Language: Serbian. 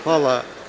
Hvala.